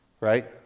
right